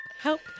help